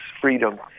freedom